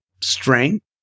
strength